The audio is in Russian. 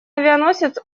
авианосец